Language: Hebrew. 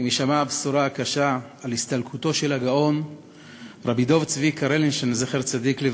עם הישמע הבשורה הקשה על הסתלקותו של הגאון רבי דב צבי קרלנשטיין זצ"ל,